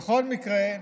בכל מקרה,